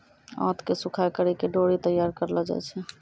आंत के सुखाय करि के डोरी तैयार करलो जाय छै